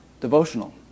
devotional